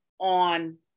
on